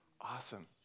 Awesome